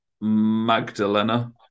Magdalena